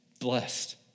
blessed